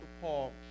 Paul